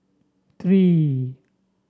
three